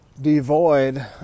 devoid